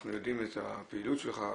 אנחנו יודעים את הפעילות שלך,